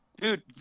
Dude